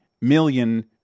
million